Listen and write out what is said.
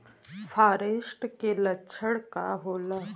फारेस्ट के लक्षण का होला?